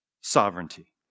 sovereignty